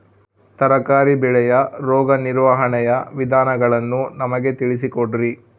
ತರಕಾರಿ ಬೆಳೆಯ ರೋಗ ನಿರ್ವಹಣೆಯ ವಿಧಾನಗಳನ್ನು ನಮಗೆ ತಿಳಿಸಿ ಕೊಡ್ರಿ?